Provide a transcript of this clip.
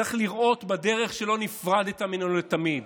צריך לראות בדרך שלא נפרדת ממנו לתמיד.